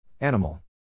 Animal